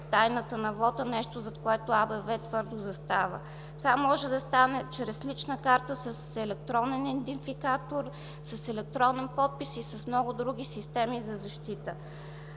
тайната на вота – нещо, зад което АБВ твърдо застава. Това може да стане чрез лична карта с електронен индификатор, с електронен подпис и с много други системи за защита.